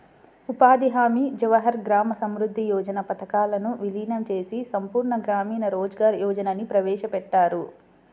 ఉపాధి హామీ, జవహర్ గ్రామ సమృద్ధి యోజన పథకాలను వీలీనం చేసి సంపూర్ణ గ్రామీణ రోజ్గార్ యోజనని ప్రవేశపెట్టారు